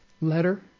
letter